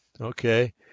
okay